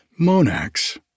Monax